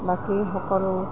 বাকী সকলো